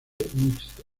mixto